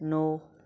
नौ